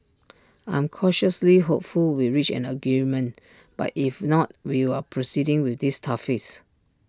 I'm cautiously hopeful we reach an agreement but if not we are proceeding with these tariffs